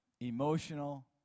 emotional